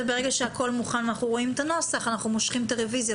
וברגע שהכל מוכן ואנחנו רואים את הנוסח אנחנו מושכים את הרוויזיה,